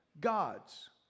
God's